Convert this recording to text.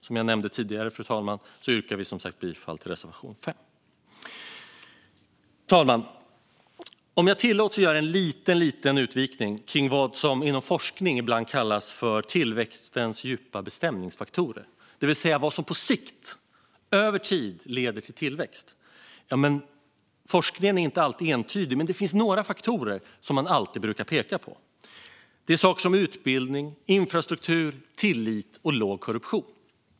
Som jag nämnde tidigare, fru talman, yrkar vi bifall till reservation 5. Fru talman! Om jag tillåts vill jag göra en liten utvikning kring vad som inom forskning ibland kallas tillväxtens djupa bestämningsfaktorer, det vill säga vad som på sikt - över tid - leder till tillväxt. Forskningen är inte alltid entydig, men det finns några faktorer man alltid brukar peka på. Det är saker som utbildning, infrastruktur, tillit och låg korruption.